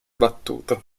battuto